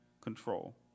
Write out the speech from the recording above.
control